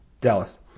Dallas